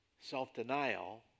self-denial